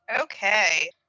Okay